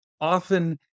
Often